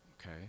okay